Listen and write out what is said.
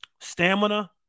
stamina